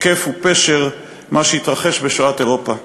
היקף ופשר מה שהתרחש בשואת אירופה,